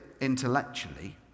intellectually